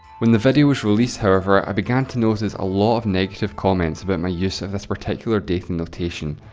when the video was released however, i began to notice a lot of negative comments about my use of this particular dating notation.